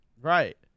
right